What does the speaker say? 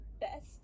best